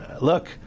Look